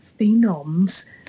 phenoms